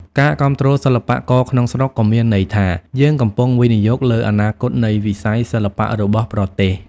ការគាំទ្រសិល្បករក្នុងស្រុកក៏មានន័យថា យើងកំពុងវិនិយោគលើអនាគតនៃវិស័យសិល្បៈរបស់ប្រទេស។